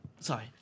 Sorry